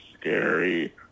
scary